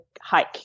hike